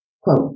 Quote